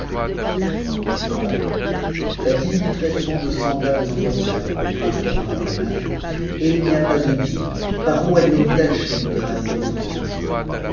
depuis ce temps-là fatime eut très-souvent de semblables entretiens avec le prince camaralzaman et il n'y a pas de biais par où elle n'ait tache de déraciner son aversion